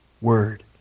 Word